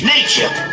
Nature